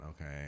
okay